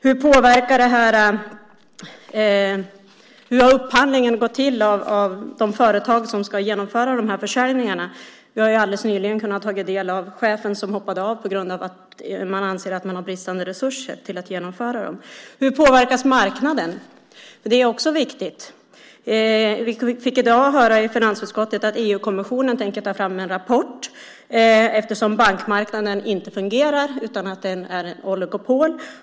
Hur har upphandlingen gått till när det gäller de företag som ska genomföra försäljningarna? Vi har ju alldeles nyligen kunnat ta del av att en chef har hoppat av på grund av att man anser att man har bristande resurser för att genomföra detta. Hur påverkas marknaden? Det är också viktigt att veta. Vi fick i dag höra i finansutskottet att EU-kommissionen tänker ta fram en rapport eftersom bankmarknaden inte fungerar. Det är ett oligopol.